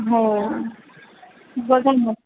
हो बघा मग